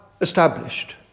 established